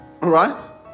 Right